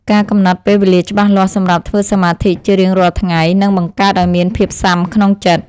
ការកំណត់ពេលវេលាច្បាស់លាស់សម្រាប់ធ្វើសមាធិជារៀងរាល់ថ្ងៃនឹងបង្កើតឱ្យមានភាពស៊ាំក្នុងចិត្ត។